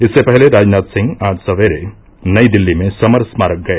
इससे पहले राजनाथ सिंह आज सवेरे नई दिल्ली में समर स्मारक गए